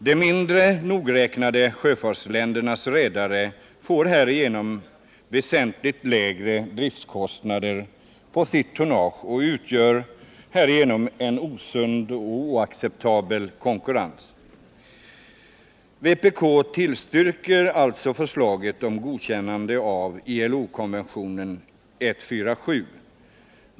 De mindre nogräknade sjöfartsländernas redare får härigenom väsentligt lägre driftkostnader på sitt tonnage och utgör en osund och oacceptabel konkurrens. Vpk tillstyrker alltså förslaget om godkännande av ILO:s konvention 147.